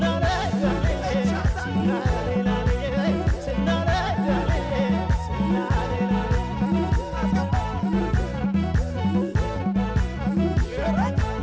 no no no no no no no